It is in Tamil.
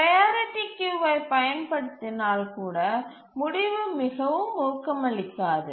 ப்ரையாரிட்டி கியூவை பயன்படுத்தினால் கூட முடிவு மிகவும் ஊக்கமளிக்காது